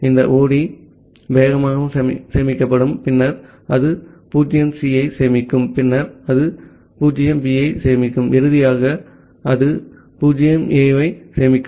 ஆகவே இந்த 0D வேகமாக சேமிக்கப்படும் பின்னர் அது 0C ஐ சேமிக்கும் பின்னர் அது 0B ஐ சேமிக்கும் இறுதியாக அது 0A ஐ சேமிக்கும்